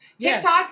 TikTok